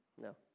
No